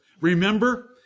Remember